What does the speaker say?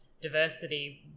diversity